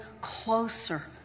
closer